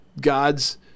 God's